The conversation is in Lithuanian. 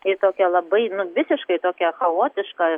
į tokią labai visiškai tokią chaotišką